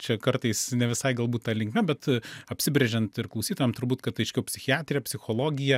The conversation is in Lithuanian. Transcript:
čia kartais ne visai galbūt ta linkme bet apsibrėžiant ir klausytojam turbūt kad aiškiau psichiatrija psichologija